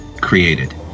created